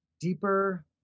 deeper